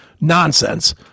nonsense